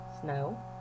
Snow